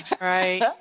right